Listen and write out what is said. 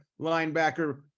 linebacker